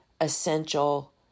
essential